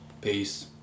Peace